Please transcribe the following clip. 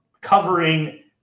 covering